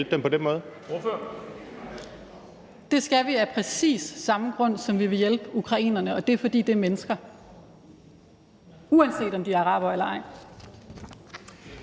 Det skal vi af præcis samme grund som den, der gør, at vi vil hjælpe ukrainerne, og det er, fordi det er mennesker – uanset om de er arabere eller ej.